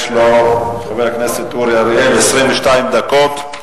יש לו 22 דקות.